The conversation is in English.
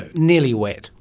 ah nearly wet.